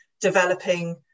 developing